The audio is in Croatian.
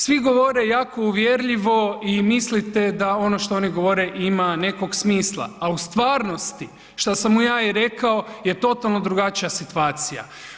Svi govore jako uvjerljivo i mislite da ono što oni govore ima nekog smisla, a u stvarnosti što sam mu ja i rekao je totalno drugačija situacija.